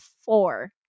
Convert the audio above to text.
four